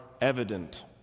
evident